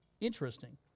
Interesting